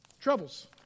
troubles